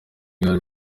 gare